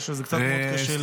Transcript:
זה קצת קשה לי להביא.